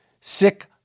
sick